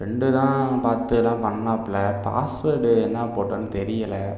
friend தான் பார்த்து எல்லாம் பண்ணாப்புலே பாஸ்வேர்டு என்ன போட்டான்னு தெரியலை